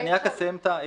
רק אסיים את הדוגמה,